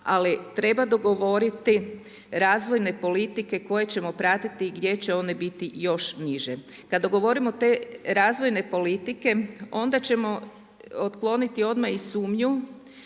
ali treba dogovoriti razvojne politike koje ćemo pratiti i gdje će one biti još niže. Kada dogovorimo te razvojne politike onda ćemo otkloniti odmah i sumnju